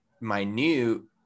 minute